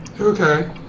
Okay